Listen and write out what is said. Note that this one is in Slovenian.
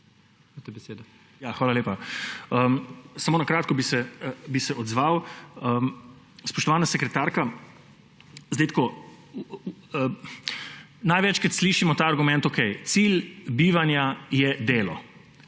Hvala lepa. Samo na kratko bi se odzval. Spoštovana sekretarka, največkrat slišimo ta argument, da cilj bivanja je delo.